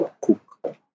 cook